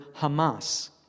Hamas